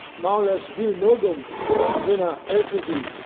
mal es vilmogum at vinna erfidi.